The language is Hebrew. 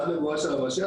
עד לבואו של המשיח,